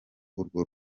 urwo